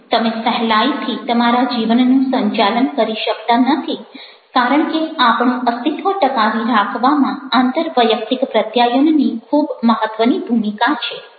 તમે સહેલાઈથી તમારા જીવનનું સંચાલન કરી શકતા નથી કારણ કે આપણું અસ્તિત્વ ટકાવી રાખવામાં આંતરવૈયક્તિક પ્રત્યાયનની ખૂબ મહત્વની ભૂમિકા છે